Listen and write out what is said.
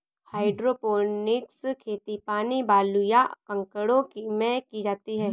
hydroponics खेती पानी, बालू, या कंकड़ों में की जाती है